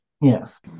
Yes